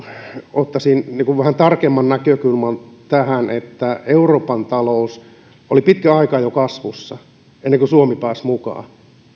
ottaisin vähän tarkemman näkökulman tähän että euroopan talous oli pitkän aikaa kasvussa jo ennen kuin suomi pääsi mukaan